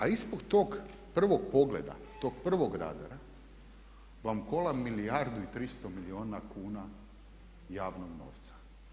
A ispod tog prvog pogleda, tog prvog radara vam kola milijardu i 300 milijuna kuna javnog novca.